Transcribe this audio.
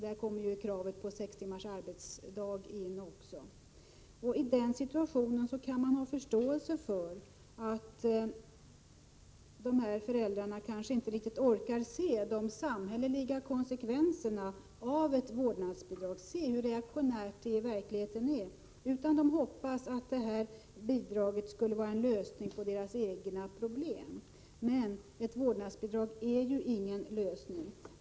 Där kommer också kravet på sex timmars arbetsdag in. Man kan ha förståelse för att föräldrar i den situationen kanske inte riktigt orkar se de samhälleliga konsekvenserna av ett vårdnadsbidrag, se hur reaktionärt det i verkligheten är — de hoppas att vårdnadsbidraget skall vara en lösning på deras egna problem. Men ett vårdnadsbidrag är ingen lösning.